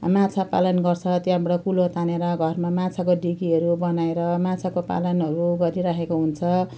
माछा पालन गर्छ त्यहाँबाट कुलो तानेर घरमा माछाको ढिकीहरू बनाएर माछाको पालनहरू गरिरहेको हुन्छ